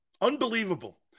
Unbelievable